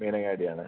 മീനങ്ങാടി ആണ്